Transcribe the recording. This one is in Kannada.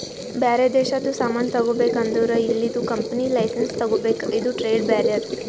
ಬ್ಯಾರೆ ದೇಶದು ಸಾಮಾನ್ ತಗೋಬೇಕ್ ಅಂದುರ್ ಇಲ್ಲಿದು ಕಂಪನಿ ಲೈಸೆನ್ಸ್ ತಗೋಬೇಕ ಇದು ಟ್ರೇಡ್ ಬ್ಯಾರಿಯರ್